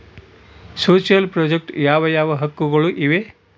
Social project ಯಾವ ಯಾವ ಹಕ್ಕುಗಳು ಇವೆ?